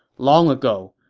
long ago,